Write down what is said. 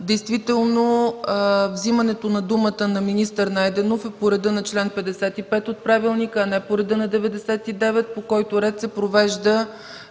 Действително вземането на думата от министър Найденов е по реда на чл. 55 от Правилника, а не по реда на чл. 99, по който ред се провежда